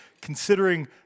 considering